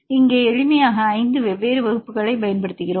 இங்கே எளிமையாக 5 வெவ்வேறு வகுப்புகளைப் பயன்படுத்துகிறோம்